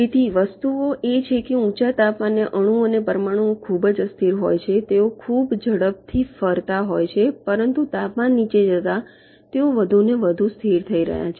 તેથી વસ્તુઓ એ છે કે ઊંચા તાપમાને અણુ અને પરમાણુઓ ખૂબ જ અસ્થિર હોય છે તેઓ ખૂબ ઝડપથી ફરતા હોય છે પરંતુ તાપમાન નીચે જતા તેઓ વધુને વધુ સ્થિર થઈ રહ્યા છે